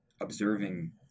observing